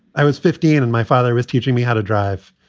i was fifteen and my father was teaching me how to drive.